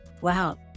Wow